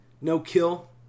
no-kill